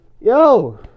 yo